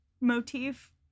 motif